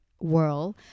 world